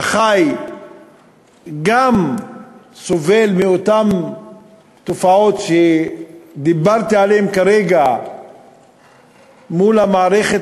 שגם סובל מאותן תופעות שדיברתי עליהן כרגע מול המערכת